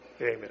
Amen